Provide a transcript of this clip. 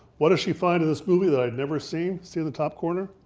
what does she find in this movie that i had never seen? see in the top corner,